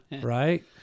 right